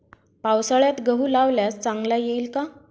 पावसाळ्यात गहू लावल्यास चांगला येईल का?